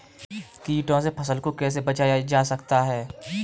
कीटों से फसल को कैसे बचाया जा सकता है?